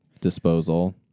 disposal